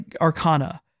arcana